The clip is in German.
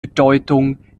bedeutung